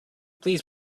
please